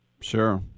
sure